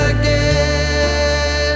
again